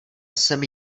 jsem